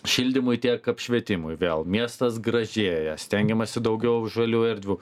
šildymui tiek apšvietimui vėl miestas gražėja stengiamasi daugiau žalių erdvių